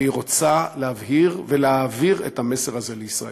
והיא רוצה להבהיר ולהעביר את המסר הזה לישראל.